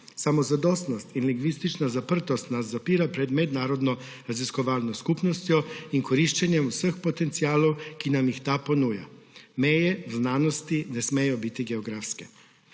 Samozadostnost in lingvistična zaprtost nas zapira pred mednarodno raziskovalno skupnostjo in koriščenjem vseh potencialov, ki nam jih ta ponuja. Meje v znanosti ne smejo biti geografske.